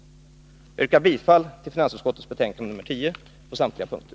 Jag yrkar bifall till finansutskottets hemställan i betänkande nr 10 på samtliga punkter.